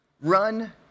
run